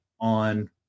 on